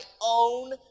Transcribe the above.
own